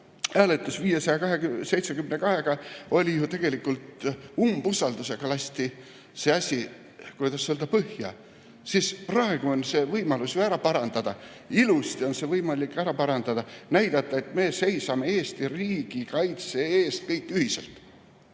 hääletus 572 puhul oli ju tegelikult seotud umbusaldusega, siis lasti see asi, kuidas öelda, põhja. Aga praegu on võimalus see ära parandada. Ilusti on see võimalik ära parandada ja näidata, et me seisame Eesti riigi kaitse eest, kõik ühiselt.